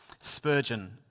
Spurgeon